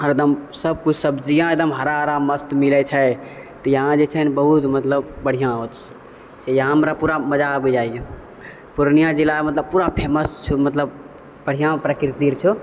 हरदम सब कुछ सब्जी यहाँ एकदम हरा हरा मस्त मिलै छै यहाँ जे छै ने बहुत मतलब बढ़िआँ छै यहाँ हमरा पूरा मजा बुझाइए पूर्णिया जिला मतलब पूरा फेमस मतलब बढ़िआँ प्रकृति रऽ छो